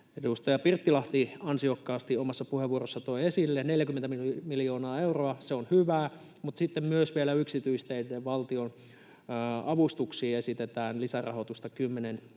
edustaja Pirttilahti ansiokkaasti omassa puheenvuorossa toi esille, 40 miljoonaa euroa. Se on hyvä, mutta sitten myös vielä yksityisteiden valtionavustuksiin esitetään lisärahoitusta 10 miljoonaa